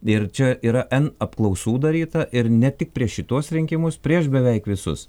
ir čia yra n apklausų daryta ir ne tik prieš šituos rinkimus prieš beveik visus